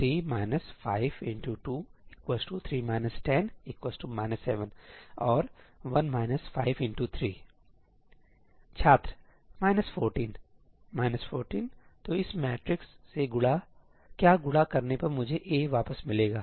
3 - 52 3 - 10 7 और 1 - 53 छात्र 14 14 तो इस मैट्रिक्स से क्या गुणा करने पर मुझे A वापस मिलेगा